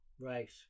Right